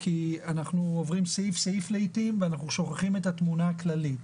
כי אנחנו עוברים לעתים סעיף סעיף ואנחנו שוכחים את התמונה הכללית.